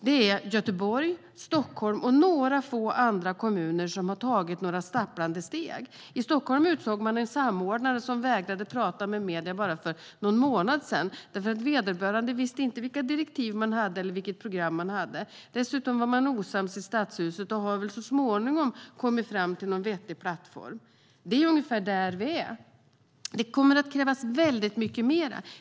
Det är Göteborg, Stockholm och några få ytterligare kommuner som tagit några stapplande steg. I Stockholm utsåg man en samordnare som vägrade tala med medierna för bara någon månad sedan eftersom vederbörande inte visste vilka direktiven var eller vad programmet var. Dessutom var de osams i Stadshuset men har väl så småningom kommit fram till en vettig plattform. Det är ungefär där vi är. Det kommer att krävas väldigt mycket mer.